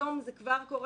היום זה כבר קורה